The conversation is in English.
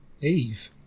Eve